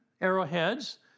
arrowheads